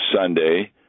Sunday